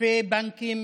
סניפי בנקים